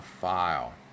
file